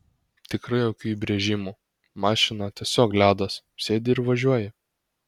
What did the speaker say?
tikrai jokių įbrėžimų mašina tiesiog ledas sėdi ir važiuoji